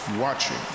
watching